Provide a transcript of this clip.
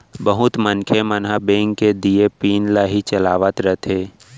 बहुत मनखे मन ह बेंक के दिये पिन ल ही चलावत रथें